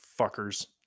fuckers